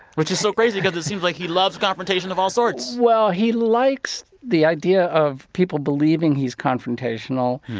which is so crazy because it seems like he loves confrontation of all sorts well, he likes the idea of people believing he's confrontational.